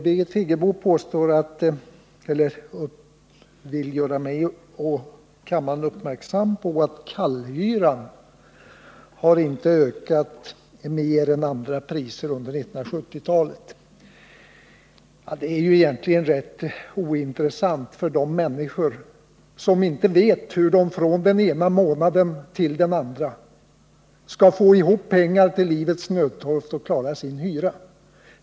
Birgit Friggebo vill göra mig och kammaren uppmärksam på att kallhyran inte har ökat mer än andra priser under 1970-talet. Det är ju egentligen rätt ointressant för de människor som inte vet hur de från den ena månaden till den andra skall få ihop pengar till livets nödtorft och klara sin hyra.